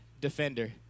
defender